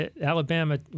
Alabama